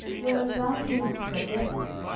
whereas thou camest but yesterday,